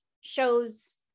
shows